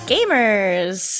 Gamers